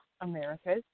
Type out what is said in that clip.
America